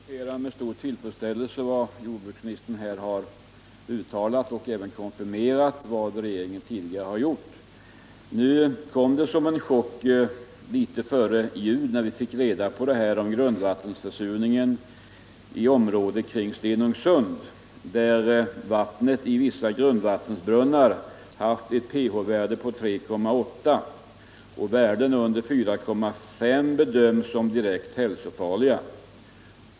Herr talman! Jag noterar med stor tillfredsställelse vad jordbruksministern här har uttalat liksom att jordbruksministern även konfirmerade vad regeringen tidigare har gjort på det här området. Det kom som en chock, när vi strax före jul fick besked om grundvattensförsurningen i områdena kring Stenungsund. Vattnet i vissa grundvattensbrunnar där visade ett pH-värde på 3,8. Värden under 4,5 bedöms som direkt hälsofarliga.